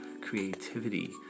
creativity